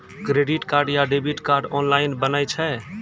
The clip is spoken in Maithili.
क्रेडिट कार्ड या डेबिट कार्ड ऑनलाइन बनै छै?